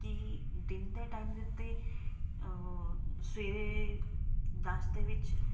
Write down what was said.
ਕਿ ਦਿਨ ਦੇ ਟਾਈਮ ਦੇ ਉੱਤੇ ਸਵੇਰੇ ਦਸ ਦੇ ਵਿੱਚ